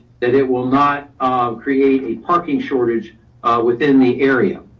that it will not create a parking shortage within the area.